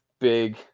big